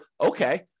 okay